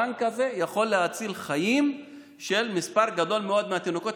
הבנק הזה יכול להציל חיים של מספר גדול מאוד של התינוקות.